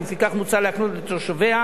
ולפיכך מוצע להקנות לתושביה,